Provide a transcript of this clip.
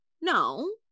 No